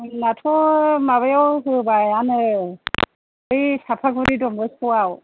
आंनाथ' माबायाव होबायानो बै सापागुरि डनबक्सक'आव